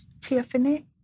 Tiffany